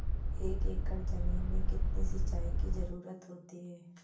एक एकड़ ज़मीन में कितनी सिंचाई की ज़रुरत होती है?